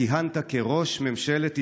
כיהנת כראש ממשלת ישראל.